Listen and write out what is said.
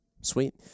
Sweet